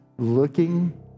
looking